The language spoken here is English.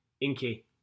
Inky